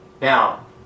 Now